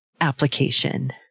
application